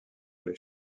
les